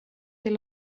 till